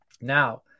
Now